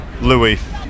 Louis